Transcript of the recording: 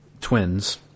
twins